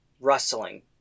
rustling